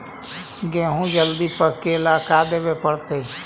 गेहूं जल्दी पके ल का देबे पड़तै?